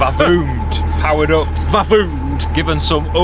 um vavoomed, powered up. vavoomed given some ah